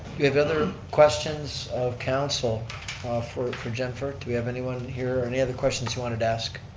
we have other questions of council ah for for jennifer? do we have anyone here, any other questions you want to to ask?